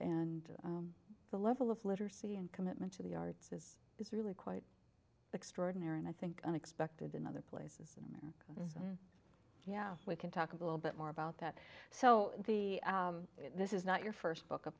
and the level of literacy and commitment to the arts is it's really quite extraordinary and i think unexpected in other places in america is that yeah we can talk a little bit more about that so this is not your first book of